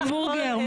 להביא.